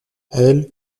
elle